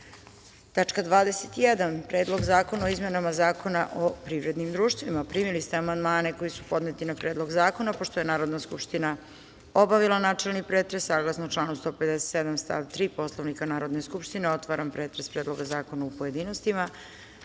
21. – Predlog zakona o izmenama Zakona o privrednim društvima. Primili ste amandmane koji su podneti na Predlog zakona. Pošto je Narodna skupština obavila načelni pretres, saglasno članu 157. stav 3. Poslovnika Narodne skupštine, otvaram pretres Predloga zakona u pojedinostima. Na